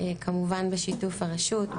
כמובן בשיתוף הרשות,